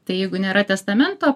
tai jeigu nėra testamento